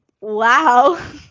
Wow